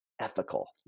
ethical